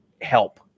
help